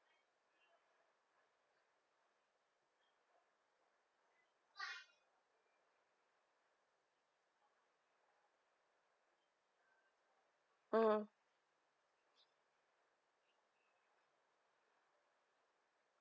mmhmm